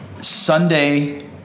Sunday